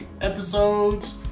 episodes